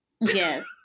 Yes